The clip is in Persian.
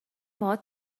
باهات